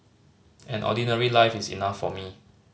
an ordinary life is enough for me